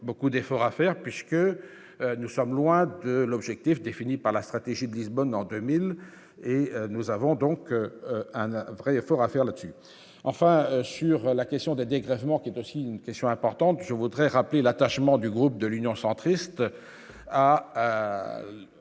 beaucoup d'efforts à faire, puisque nous sommes loin de l'objectif défini par la stratégie de Lisbonne en 2000 et nous avons donc un un vrai effort à faire là dessus, enfin sur la question des dégrèvements qui est aussi une question importante, je voudrais rappeler l'attachement du groupe de l'Union centriste à